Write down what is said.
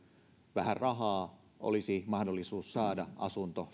vähän rahaa olisi mahdollisuus saada asunto